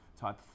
type